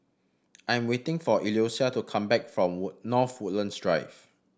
I am waiting for Eloisa to come back from North Woodlands Drive